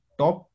top